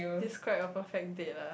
describe your perfect date ah